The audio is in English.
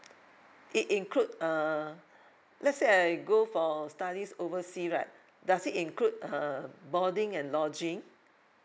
it include uh let's say I go for studies oversea right does it include uh boarding and lodging